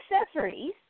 accessories